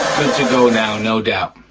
good to go now, no doubt.